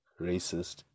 racist